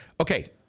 Okay